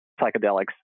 psychedelics